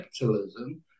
capitalism